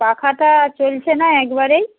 পাখাটা চলছে না একবারেই